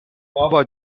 بابا